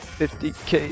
50k